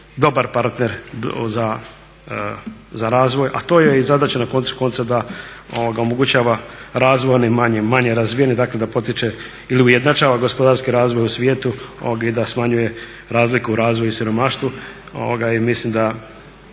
dobar partner za razvoj a to joj je i zadaća na koncu konca da omogućava razvoj onim manje, manje razvijenim, dakle da potiče ili ujednačava gospodarski razvoj u svijetu i da smanjuje razliku u razvoju i siromaštvu